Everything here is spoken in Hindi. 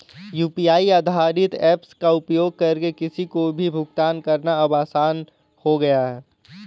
यू.पी.आई आधारित ऐप्स का उपयोग करके किसी को भी भुगतान करना अब आसान हो गया है